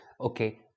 Okay